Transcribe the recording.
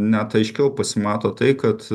net aiškiau pasimato tai kad